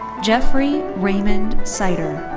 jeffrey raymond seiter.